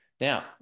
Now